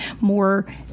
more